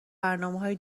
برنامههای